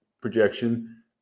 projection